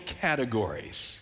categories